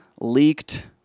Leaked